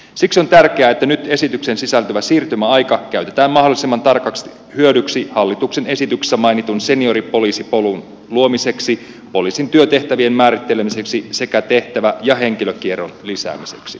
siksi on tärkeää että nyt esitykseen sisältyvä siirtymäaika käytetään mahdollisimman tarkasti hyödyksi hallituksen esityksessä mainitun senioripoliisipolun luomiseksi poliisin työtehtävien määrittelemiseksi sekä tehtävä ja henkilökierron lisäämiseksi